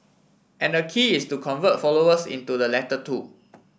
and the key is to convert followers into the latter two